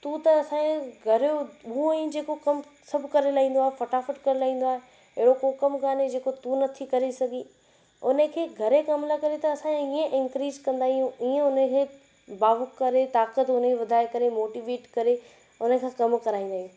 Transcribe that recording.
तू त असांजे घर जो हू आहीं जेको कम सभु करे लाहींदो आहे फ़टाफ़टि करे लाहींदो आहे अहिड़ो को कम काने जेको तू न थी करे सघी उन खे घर जे कम लाहे करे त असां ईअं इनकरेज कंदा आहियूं ईअं उनखे भावुक करे ताक़ति उनजी वधाए करे मोटिवेट करे उन खां कम कराईंदा आहियूं